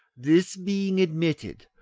this being admitted,